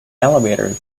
elevator